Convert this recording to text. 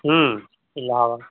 Allahabad